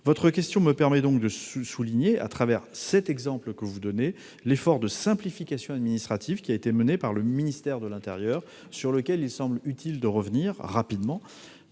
Votre question me permet donc de souligner, à travers cet exemple, l'effort de simplification administrative mené par le ministère de l'intérieur et sur lequel il me semble utile de revenir rapidement.